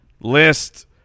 list